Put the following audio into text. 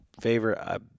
favorite